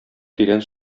тирән